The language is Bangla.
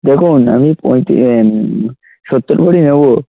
দেখুন আমি পঁয়ত্রিশ সত্তর ভরি নেবো